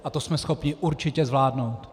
A to jsme schopni určitě zvládnout.